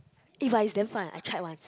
eh but it's damn fun I tried once